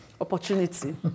opportunity